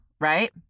Right